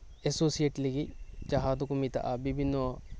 associate ᱞᱟᱹᱜᱤᱫ ᱡᱟᱦᱟᱸ ᱫᱚᱠᱚ ᱢᱮᱛᱟᱜᱼᱟ ᱵᱤᱵᱷᱤᱱᱱᱚ